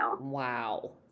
Wow